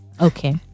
okay